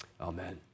Amen